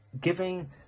giving